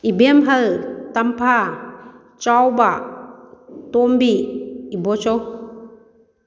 ꯏꯕꯦꯝꯍꯜ ꯇꯝꯐꯥ ꯆꯥꯎꯕ ꯇꯣꯝꯕꯤ ꯏꯕꯣꯆꯧ